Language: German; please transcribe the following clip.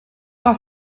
nach